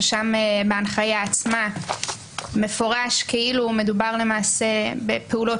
ששם בהנחיה עצמה מפורש כאילו מדובר למעשה בפעולות